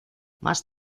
más